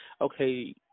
okay